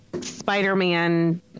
Spider-Man